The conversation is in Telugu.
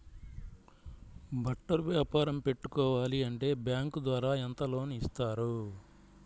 బట్టలు వ్యాపారం పెట్టుకోవాలి అంటే బ్యాంకు ద్వారా ఎంత లోన్ ఇస్తారు?